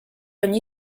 ogni